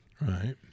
right